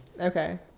Okay